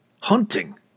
Hunting